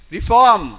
Reform